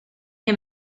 que